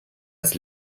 das